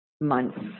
months